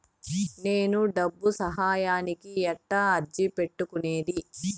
నేను డబ్బు సహాయానికి ఎట్లా అర్జీ పెట్టుకునేది?